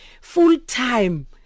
full-time